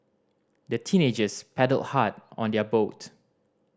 the teenagers paddled hard on their boat